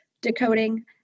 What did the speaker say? decoding